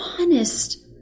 honest